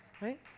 right